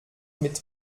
mit